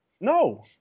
No